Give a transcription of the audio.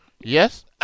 yes